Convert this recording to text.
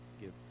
Give